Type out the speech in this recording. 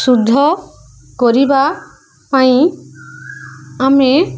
ଶୁଦ୍ଧ କରିବା ପାଇଁ ଆମେ